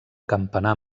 campanar